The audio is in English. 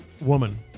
Woman